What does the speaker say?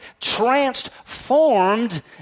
transformed